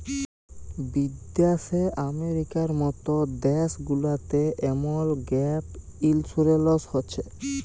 বিদ্যাশে আমেরিকার মত দ্যাশ গুলাতে এমল গ্যাপ ইলসুরেলস হছে